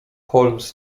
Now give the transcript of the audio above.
holmes